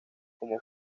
con